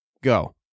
Go